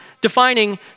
defining